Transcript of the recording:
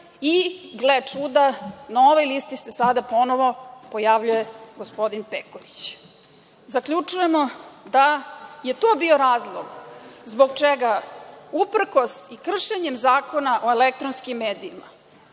i, gle čuda, na ovoj listi se sada ponovo pojavljuje gospodin Peković. Zaključujemo da je to bio razlog zbog čega, uprkos i kršenjem Zakona o elektronskim medijima,